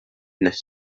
nesaf